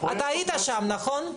אתה היית שם, נכון?